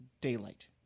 daylight